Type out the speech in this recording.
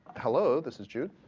hello, this is jude.